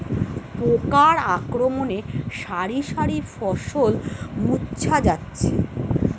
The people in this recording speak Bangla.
পোকার আক্রমণে শারি শারি ফসল মূর্ছা যাচ্ছে